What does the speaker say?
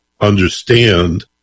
understand